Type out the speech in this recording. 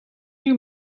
you